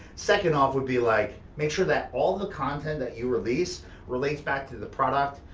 second off would be, like make sure that all the content that you release relates back to the product,